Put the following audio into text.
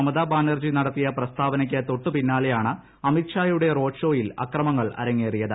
മമതാ ബാനർജി നടത്തിയ പ്രസ്താവനയ്ക്ക് തൊട്ടുപിന്നാലെയാണ് അമിത്ഷായുടെ റോഡ്ഷോയിൽ അക്രമങ്ങൾ അരങ്ങേറിയത്